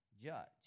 judge